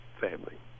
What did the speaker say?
family